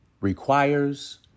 requires